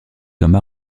comme